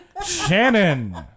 Shannon